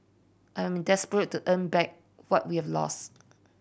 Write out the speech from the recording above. I'm desperate to earn back what we have lost